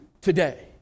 today